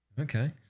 Okay